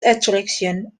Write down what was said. attraction